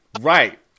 right